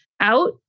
out